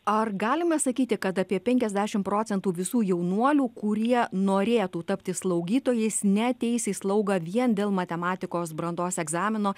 ar galima sakyti kad apie penkiasdešim procentų visų jaunuolių kurie norėtų tapti slaugytojais neateis į slaugą vien dėl matematikos brandos egzamino